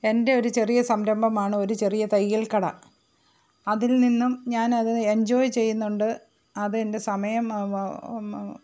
എന്റെ ഒരു ചെറിയ സംരഭമാണ് ഒരു ചെറിയ തയ്യല്ക്കട അതില്നിന്നും ഞാനത് എന്ജോയ് ചെയ്യുന്നുണ്ട് അതെന്റെ സമയം